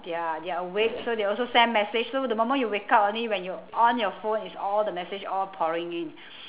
they're they're awake so they also send message so the moment you wake up only when you on your phone is all the message all pouring in